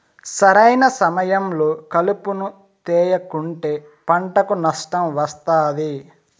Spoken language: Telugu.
సరైన సమయంలో కలుపును తేయకుంటే పంటకు నష్టం వస్తాది